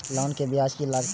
Loan के ब्याज की लागते?